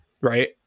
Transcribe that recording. Right